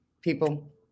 people